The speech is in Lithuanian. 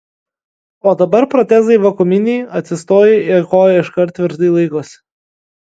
o dabar protezai vakuuminiai atsistojai ir koja iškart tvirtai laikosi